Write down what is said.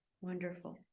Wonderful